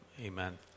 Amen